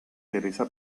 teresa